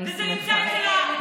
וזה נמצא אצל השר שלך.